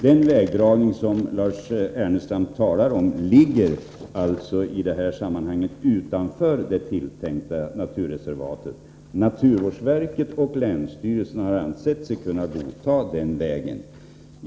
Den vägdragning som Lars Ernestam talar om ligger utanför det tilltänkta naturreservatet. Naturvårdsverket och länsstyrelsen har ansett sig kunna godta denna väg.